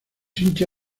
hincha